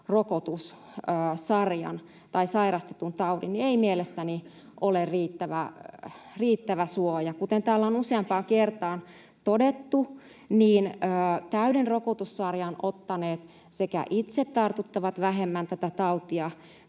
rokotussarjan tai sairastetun taudin, eivät mielestäni ole riittävä suoja. Kuten täällä on useampaan kertaan todettu, täyden rokotussarjan ottaneet sekä itse tartuttavat vähemmän tätä tautia